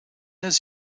his